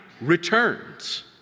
returns